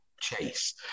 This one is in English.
chase